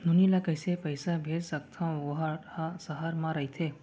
नोनी ल कइसे पइसा भेज सकथव वोकर ह सहर म रइथे?